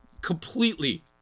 completely